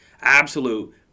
absolute